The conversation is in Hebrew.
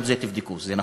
גם את זה תבדקו, זה נכון.